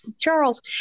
Charles